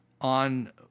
on